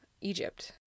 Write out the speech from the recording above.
egypt